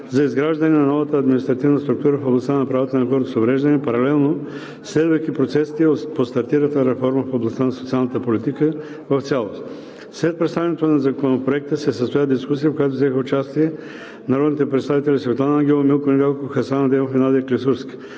за изграждане на новата административна структура в областта на правата на хората с увреждания, паралелно следвайки процесите по стартиралата реформа в областта на социалната политика в цялост. След представянето на Законопроекта се състоя дискусия, в която взеха участие народните представители Светлана Ангелова, Милко Недялков, Хасан Адемов и Надя Клисурска.